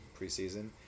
preseason